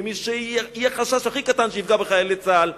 ומי שיהיה החשש הכי קטן שיפגע בחיילי צה"ל,